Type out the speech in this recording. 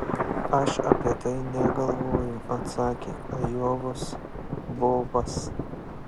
aš apie tai negalvoju atsakė ajovos bobas